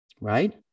right